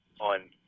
on